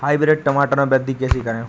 Hybrid टमाटर में वृद्धि कैसे करें?